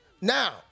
Now